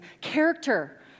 character